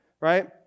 right